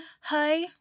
Hi